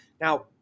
Now